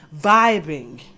Vibing